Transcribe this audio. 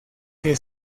que